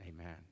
Amen